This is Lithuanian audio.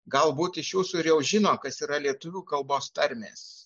galbūt iš jūsų ir jau žino kas yra lietuvių kalbos tarmės